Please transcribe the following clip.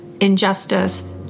injustice